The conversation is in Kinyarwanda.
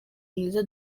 mwiza